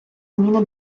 зміни